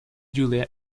julia